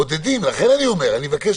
אני מבקש,